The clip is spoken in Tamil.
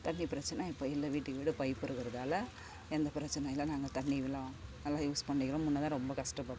தண்ணி பிரச்சின இப்போ இல்லை வீட்டுக்கு வீடு பைப்பு இருக்கிறதால எந்த பிரச்சின இல்லை நாங்கள் தண்ணிகளும் நல்லா யூஸ் பண்ணிக்கிறோம் முன்னேதான் ரொம்ப கஷ்டப்பட்டோம்